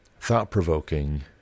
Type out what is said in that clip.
thought-provoking